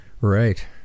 Right